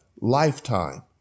lifetime